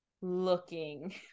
looking